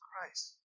christ